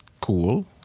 cool